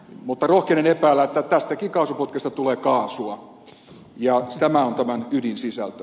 mutta rohkenen epäillä että tästäkin kaasuputkesta tulee kaasua tämä on tämän ydinsisältö